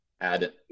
add